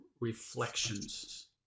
reflections